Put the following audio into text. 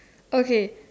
okay